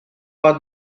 bat